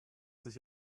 sich